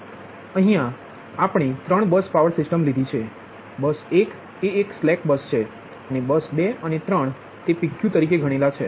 તેથી અમે ત્રણ બસ પાવર સિસ્ટમ લીધી છે બસ 1 એ એક સ્લેક બસ છે અને બસ 2 અને 3 તે PQ તરીકે ગણેલ છે